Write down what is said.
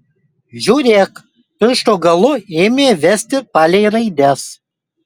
žiūrėk piršto galu ėmė vesti palei raides